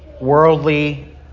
worldly